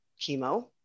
chemo